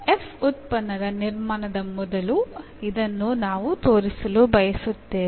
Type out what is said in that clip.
f ಉತ್ಪನ್ನದ ನಿರ್ಮಾಣದ ಮೊದಲು ಇದನ್ನು ನಾವು ತೋರಿಸಲು ಬಯಸುತ್ತೇವೆ